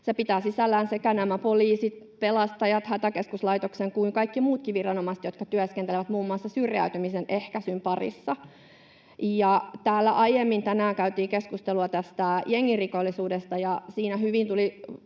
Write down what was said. Se pitää sisällään sekä nämä poliisit, pelastajat ja Hätäkeskuslaitoksen että kaikki muutkin viranomaiset, jotka työskentelevät muun muassa syrjäytymisen ehkäisyn parissa. Täällä aiemmin tänään käytiin keskustelua tästä jengirikollisuudesta,